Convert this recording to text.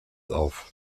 auf